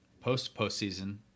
post-postseason